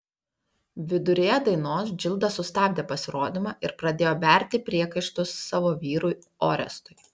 viduryje dainos džilda sustabdė pasirodymą ir pradėjo berti priekaištus savo vyrui orestui